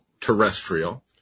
terrestrial